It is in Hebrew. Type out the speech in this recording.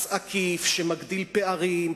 מס עקיף שמגדיל פערים,